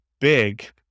big